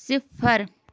صِفَر